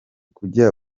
kujya